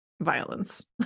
violence